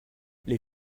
les